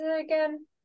again